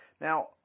Now